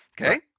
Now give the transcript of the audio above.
Okay